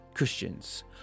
Christians